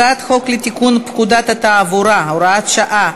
הצעת חוק לתיקון פקודת התעבורה (הוראת שעה),